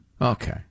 Okay